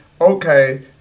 okay